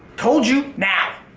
told you. now,